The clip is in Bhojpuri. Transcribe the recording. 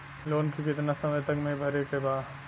लोन के कितना समय तक मे भरे के बा?